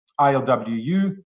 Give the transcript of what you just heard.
ILWU